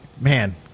Man